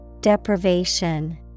Deprivation